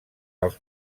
als